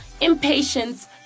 impatience